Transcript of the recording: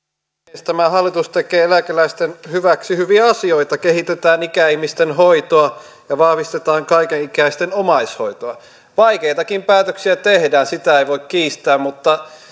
puhemies tämä hallitus tekee eläkeläisten hyväksi hyviä asioita kehitetään ikäihmisten hoitoa ja vahvistetaan kaikenikäisten omaishoitoa vaikeitakin päätöksiä tehdään sitä ei voi kiistää